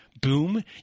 boom